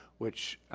which,